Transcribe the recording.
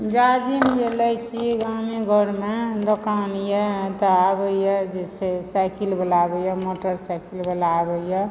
जाजिम जे लै छी गामे घरमे दोकान येए एतऽ आबैए जे छै साइकिल वला आबैए मोटरसाइकिल वला आबैए